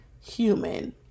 human